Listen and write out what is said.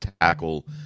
tackle